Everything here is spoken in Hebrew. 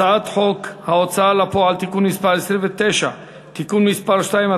הצעת חוק ההוצאה לפועל (תיקון מס' 29) (תיקון מס' 2),